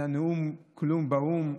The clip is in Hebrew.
על הנאום כלום באו"ם?